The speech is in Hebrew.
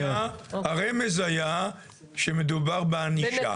הרמז היה שמדובר בענישה.